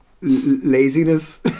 Laziness